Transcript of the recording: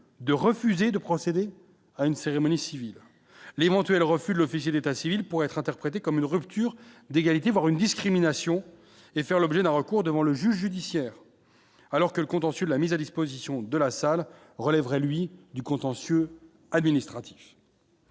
de refuser de procéder à une cérémonie civile l'éventuel refus l'officier d'état civil pourrait être interprété comme une rupture d'égalité, voire une discrimination et faire l'objet d'un recours devant le juge judiciaire alors que le contentieux, la mise à disposition de la salle relèverait lui du contentieux administratif.